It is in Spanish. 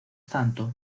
tanto